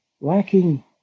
lacking